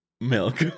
milk